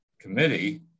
committee